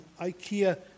Ikea